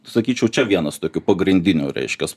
sakyčiau čia vienas tokių pogrindinių reiškias